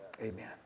Amen